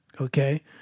Okay